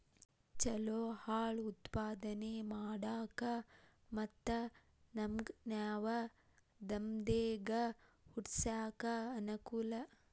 ಚಲೋ ಹಾಲ್ ಉತ್ಪಾದನೆ ಮಾಡಾಕ ಮತ್ತ ನಮ್ಗನಾವ ದಂದೇಗ ಹುಟ್ಸಾಕ ಅನಕೂಲ